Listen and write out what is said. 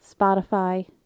Spotify